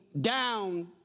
down